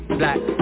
black